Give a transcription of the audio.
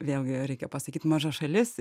vėlgi reikia pasakyt mažas šalis